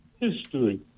history